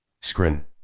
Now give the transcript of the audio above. Screen